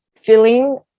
feeling